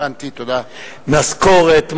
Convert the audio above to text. משכורות,